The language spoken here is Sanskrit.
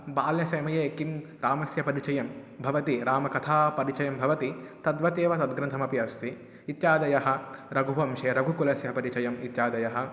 बाल्यसमये किं रामस्य परिचयं भवति रामकथा परिचयः भवति तद्वत् एव तद्ग्रन्थमपि अस्ति इत्यादयः रघुवंशे रघुकुलस्य परिचयः इत्यादयः